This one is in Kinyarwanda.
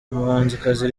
umuhanzikazi